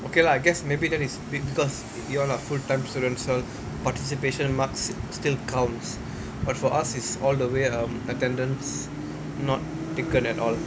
okay lah I guess maybe then it's being because you all are full time students so participation marks still counts but for us it's all the way um attendance not taken at all